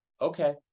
Okay